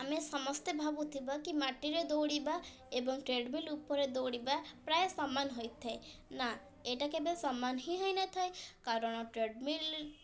ଆମେ ସମସ୍ତେ ଭାବୁଥିବା କି ମାଟିରେ ଦୌଡ଼ିବା ଏବଂ ଟ୍ରେଡ଼ମିଲ୍ ଉପରେ ଦୌଡ଼ିବା ପ୍ରାୟ ସମାନ ହୋଇଥାଏ ନା ଏଟା କେବେ ସମାନ ହିଁ ହୋଇନଥାଏ କାରଣ ଟ୍ରେଡ଼ମିଲ୍